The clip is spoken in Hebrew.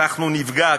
אנחנו נפגע,